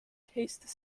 tastes